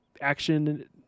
action